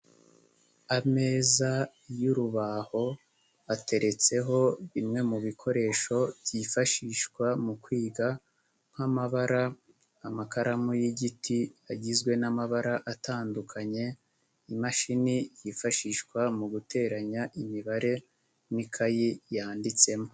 Ameza y'urubaho ateretseho bimwe mu bikoresho byifashishwa mu kwiga nk'amabara, amakaramu y'igiti agizwe n'amabara atandukanye, imashini yifashishwa mu guteranya imibare n'ikayi yanditsemo.